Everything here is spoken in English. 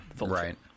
right